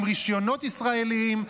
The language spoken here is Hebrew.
עם רישיונות ישראליים,